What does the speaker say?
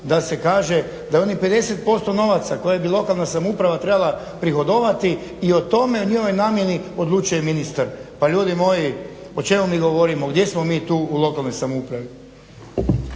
da se kaže da onih 50% novaca koje bi lokalna samouprava trebala prihodovati i o tome, o njihovoj namjeni odlučuje ministar. Pa ljudi moji o čemu mi govorimo gdje smo mi tu u lokalnoj samoupravi?